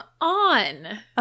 on